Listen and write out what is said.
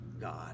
God